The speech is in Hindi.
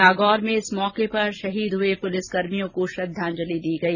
नागौर में इस अवसर पर शहीद हुए पुलिस जवानों को श्रद्धांजलि दी गई